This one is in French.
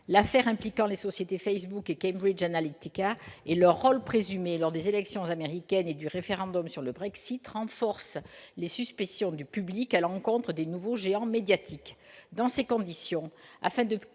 joué par les sociétés Facebook et Cambridge Analytica lors des élections américaines et du référendum sur le Brexit renforce les suspicions du public à l'encontre des nouveaux géants médiatiques.